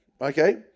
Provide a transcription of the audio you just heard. okay